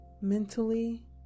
mentally